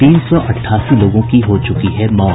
तीन सौ अठासी लोगों की हो चुकी है मौत